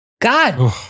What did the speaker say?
God